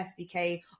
SBK